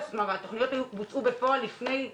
והתוכניות בוצעו בפועל לפני הלגליזציה.